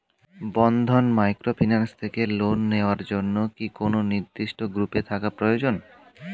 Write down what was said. বন্ধন microfinance থেকে loan নেওয়ার জন্য কি কোন নির্দিষ্ট গ্রুপে থাকা প্রয়োজন?